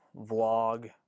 vlog